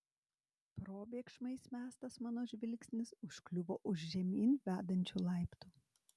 probėgšmais mestas mano žvilgsnis užkliuvo už žemyn vedančių laiptų